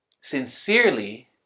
sincerely